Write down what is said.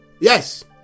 yes